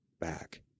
back